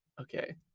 okay